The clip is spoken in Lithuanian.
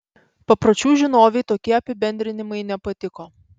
papročių žinovei tokie apibendrinimai nepatiko